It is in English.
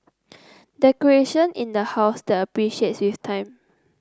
decoration in the house that appreciates with time